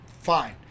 Fine